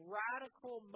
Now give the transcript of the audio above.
radical